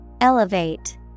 Elevate